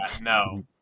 No